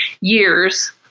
years